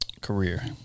career